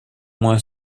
moins